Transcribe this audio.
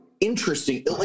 interesting